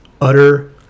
utter